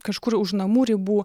kažkur už namų ribų